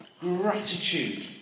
Gratitude